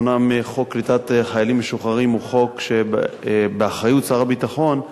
אומנם חוק קליטת חיילים משוחררים הוא חוק שבאחריות שר הביטחון,